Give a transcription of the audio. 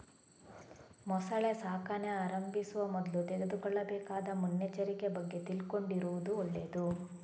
ಮೊಸಳೆ ಸಾಕಣೆ ಆರಂಭಿಸುವ ಮೊದ್ಲು ತೆಗೆದುಕೊಳ್ಳಬೇಕಾದ ಮುನ್ನೆಚ್ಚರಿಕೆ ಬಗ್ಗೆ ತಿಳ್ಕೊಂಡಿರುದು ಒಳ್ಳೇದು